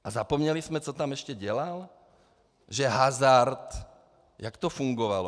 A zapomněli jsme, co tam ještě dělal, že hazard jak to fungovalo?